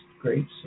great